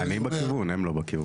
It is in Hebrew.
אני בכיוון, הם לא בכיוון.